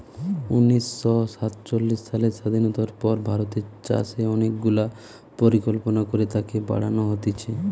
উনিশ শ সাতচল্লিশ সালের স্বাধীনতার পর ভারতের চাষে অনেক গুলা পরিকল্পনা করে তাকে বাড়ান হতিছে